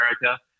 America